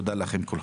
תודה לכם כולכם.